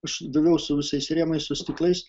aš daviau su visais rėmais su stiklais